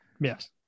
Yes